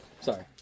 sorry